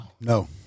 No